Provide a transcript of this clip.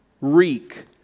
reek